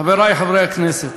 חברי חברי הכנסת,